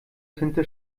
tinte